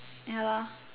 ya lah